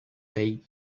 day